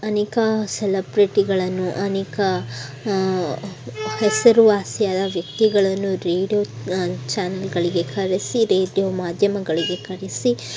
ಅನೇಕ ಸೆಲಬ್ರಿಟಿಗಳನ್ನು ಅನೇಕ ಹೆಸರುವಾಸಿಯಾದ ವ್ಯಕ್ತಿಗಳನ್ನು ರೇಡ್ಯೋ ಚಾನಲ್ಗಳಿಗೆ ಕರೆಸಿ ರೇಡ್ಯೋ ಮಾಧ್ಯಮಗಳಿಗೆ ಕರೆಸಿ